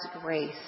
grace